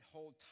Hold